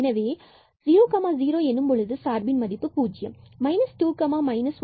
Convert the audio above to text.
எனவே 00 எனும்பொழுது சார்பின் மதிப்பு 0 ஆகும்